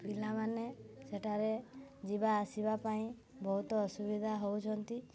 ପିଲାମାନେ ସେଠାରେ ଯିବା ଆସିବା ପାଇଁ ବହୁତ ଅସୁବିଧା ହଉଛନ୍ତି